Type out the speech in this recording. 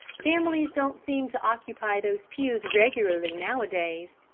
families don't seem to occupy those pews regularly nowadays.